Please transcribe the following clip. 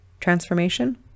transformation